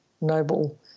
noble